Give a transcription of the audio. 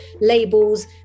labels